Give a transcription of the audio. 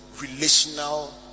relational